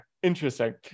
Interesting